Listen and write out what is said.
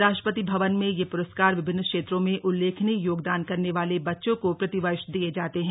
राष्ट्रपति भवन में ये पुरस्कार विभिन्न क्षेत्रों में उल्लेखनीय योगदान करने वाले बच्चों को प्रतिवर्ष दिये जाते हैं